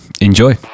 enjoy